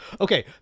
okay